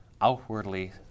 outwardly